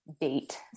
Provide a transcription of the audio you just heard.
date